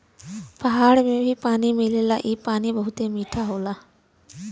पहाड़न में भी पानी मिलेला इ पानी बहुते मीठा होला